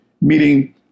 meeting